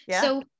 So-